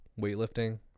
weightlifting